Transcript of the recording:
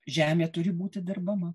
žemė turi būti dirbama